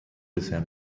bisher